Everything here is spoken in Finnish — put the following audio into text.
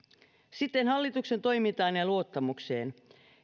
sitten hallituksen toimintaan ja luottamukseen